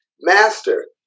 Master